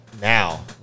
now